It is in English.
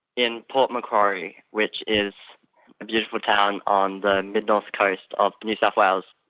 in port macquarie, which is a beautiful town on the mid-north coast of new south wales.